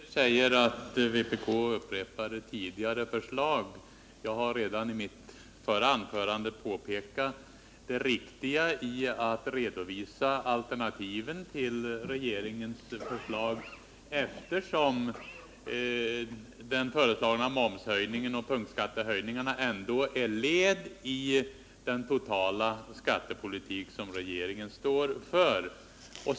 Herr talman! Knut Wachtmeister säger att vpk upprepar tidigare förslag. Jag har redan i mitt förra anförande påpekat det riktiga i att redovisa alternativen till regeringens förslag, eftersom den föreslagna momshöjningen och punktskattehöjningarna ändå är led i den totala skattepolitik som regeringen står för.